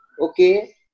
okay